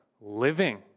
living